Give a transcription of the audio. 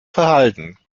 verhalten